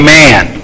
man